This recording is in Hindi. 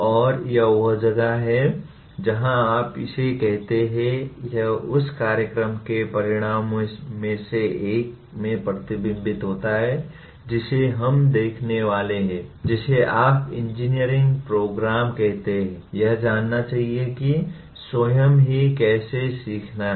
और यह वह जगह है जहां आप इसे कहते हैं यह उस कार्यक्रम के परिणामों में से एक में प्रतिबिंबित होता है जिसे हम देखने वाले हैं जिसे आप इंजीनियरिंग प्रोग्राम कहते हैं यह जानना चाहिए कि स्वयं ही कैसे सीखना है